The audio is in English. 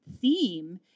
theme